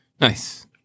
Nice